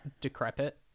decrepit